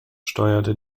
steuerte